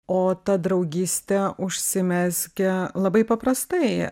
o ta draugystė užsimezgė labai paprastai